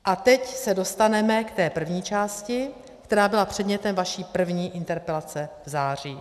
A teď se dostaneme k té první části, která byla předmětem vaší první interpelace v září.